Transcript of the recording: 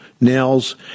nails